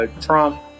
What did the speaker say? Trump